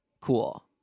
cool